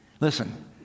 Listen